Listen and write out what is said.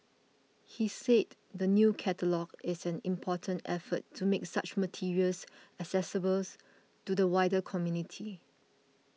he said the new catalogue is an important effort to make such materials accessible to the wider community